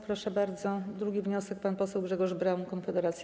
Proszę bardzo, drugi wniosek, pan poseł Grzegorz Braun, Konfederacja.